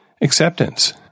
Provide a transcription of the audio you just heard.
Acceptance